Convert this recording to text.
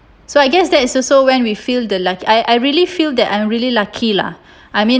so I guess that is also when we feel the luck I I really feel that I'm really lucky lah I mean